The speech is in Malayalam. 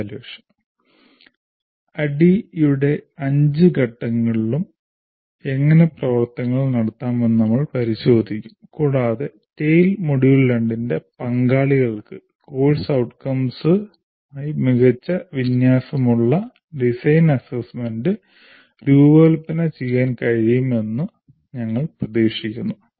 ADDIE യുടെ അഞ്ച് ഘട്ടങ്ങളിലും എങ്ങനെ പ്രവർത്തനങ്ങൾ നടത്താമെന്ന് നമ്മൾ പരിശോധിക്കും കൂടാതെ TALE മൊഡ്യൂൾ 2 ന്റെ പങ്കാളികൾക്ക് കോഴ്സ് outcomes ഉമായി മികച്ച വിന്യാസമുള്ള design assessment രൂപകൽപ്പന ചെയ്യാൻ കഴിയുമെന്ന് ഞങ്ങൾ പ്രതീക്ഷിക്കുന്നു